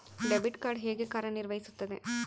Debit card ಹೇಗೆ ಕಾರ್ಯನಿರ್ವಹಿಸುತ್ತದೆ?